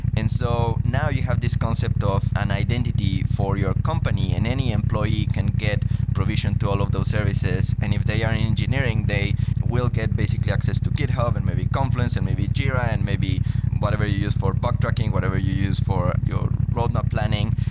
so now you have this concept of an identity for your company and any employee can get provision to all of those services, and if they are in engineering, they will get basically access to github, and maybe confluence, and maybe jira, and maybe whatever you use for backtracking. whatever you use your roadmap planning.